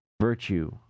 Virtue